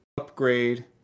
upgrade